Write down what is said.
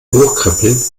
hochkrempeln